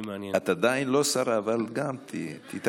את עדיין לא שרה, אבל תתאפקי.